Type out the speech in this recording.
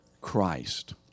Christ